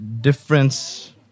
difference